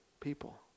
people